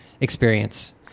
experience